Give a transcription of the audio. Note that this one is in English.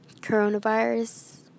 coronavirus